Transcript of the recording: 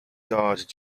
guard